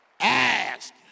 Ask